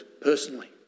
personally